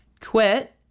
quit